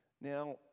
Now